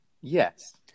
Yes